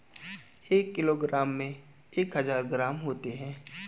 एक किलोग्राम में एक हजार ग्राम होते हैं